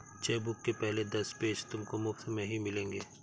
chequebook के पहले दस पेज तुमको मुफ़्त में ही मिलेंगे